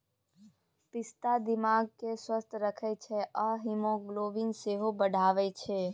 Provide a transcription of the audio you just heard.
पिस्ता दिमाग केँ स्वस्थ रखै छै आ हीमोग्लोबिन सेहो बढ़ाबै छै